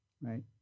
right